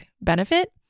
benefit